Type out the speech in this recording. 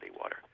water